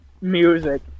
music